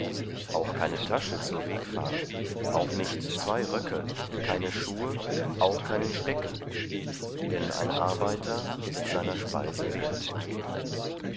auch keine tasche zur wegfahrt auch nicht zwei röcke keine schuhe auch keinen stecken denn ein arbeiter ist seiner speise wert